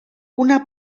una